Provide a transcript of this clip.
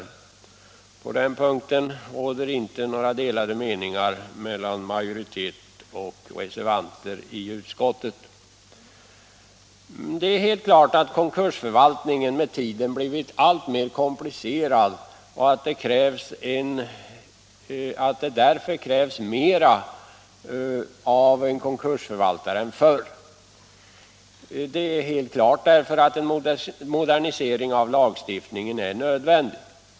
På den punkten råder inga delade meningar mellan majoritet och reservanter i utskottet. Konkursförvaltningen har med tiden blivit alltmer komplicerad, och det krävs för den skull mer av en konkursförvaltare än förr. En modernisering av lagstiftningen är därför nödvändig.